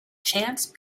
chance